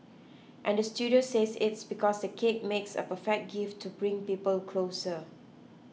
and the studio says it's because the cake makes a perfect gift to bring people closer